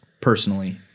personally